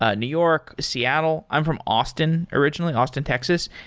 ah new york, seattle. i'm from austin originally, austin, texas.